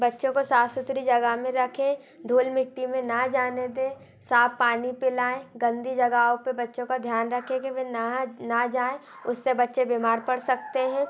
बच्चों को साफ़ सुथरी जगह मे जा के धूल मिट्टी मे ना जाने दें साफ़ पानी पिलाए गंदी जगहों पर बच्चों का ध्यान रखें कि वे ना ना जाएं उस से बच्चे बीमार पड़ सकते हैं